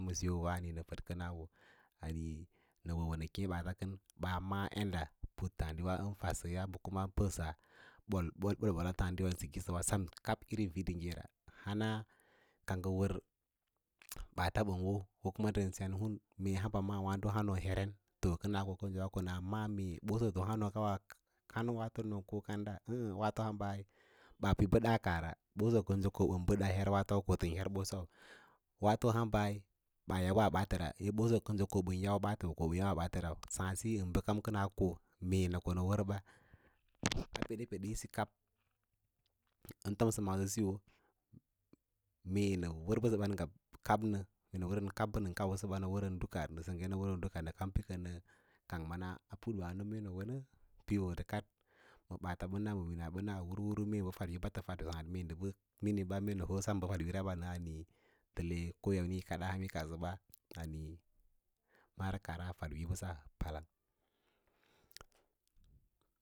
Wa nə fədkə naa wo, nə wo wo nə keẽ ɓaats ɓaa maꞌā yadda puttǎǎdiwa yinfadsəya u mbəsa bol-ɓol-ɓol-ɓol-ɓol a tǎǎdiwa yin sikiwa sen kab irin fidingge ra hawa ka wər ɓaats ɓə wo ndən sen hun mee wǎǎdo hamba hǎnoõ heren to kən as ko kənso wa wâno ko na maꞌâ bíí wosoto oõ kausa hânǒǒwaafo kanən nəuko kanda ɓaa ɓə bədaa kaahra ɓa ɓoso kənso ko ɓən ɓəd a her waafou waato nambai ɓaa yawaa ɓaatəra ye ɓoso kənso ko ɓən yau ɓaatəu ko ɓə yawad ɓaatə rau, saãd siyo ndə kə kəna ko mee nə ko nə wər ba peɗepeɗe íisi kab ən tomsə maaso siyo mee nə wər mbəsəba kab, bə nə kausəbs ko nə wər duka mee nə sengge nə wərən duka rə kang mana putwâno nə wod kad ma ɓaats ɓəns ma wins ɓəna hur hur mee ndə fad wííyo ba tə fada mee aa fadwííyo ra ɓa na he ahe ko yâmni yi kaɗaa han yo kadsə ale mara kaah a fadwiiyo bəss.